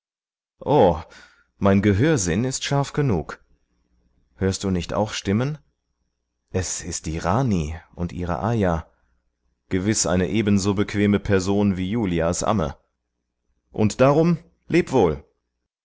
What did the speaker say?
o mein gehörsinn ist scharf genug hörst du nicht auch stimmen es ist die rani und ihre ayah gewiß eine ebenso bequeme person wie julias amme und darum leb wohl